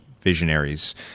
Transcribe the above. visionaries